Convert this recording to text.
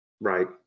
right